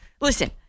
listen